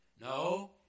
No